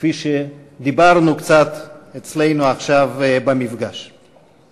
כפי שדיברנו קצת עכשיו במפגש שלנו.